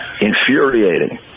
infuriating